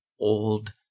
old